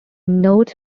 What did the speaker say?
notes